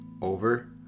over